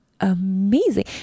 amazing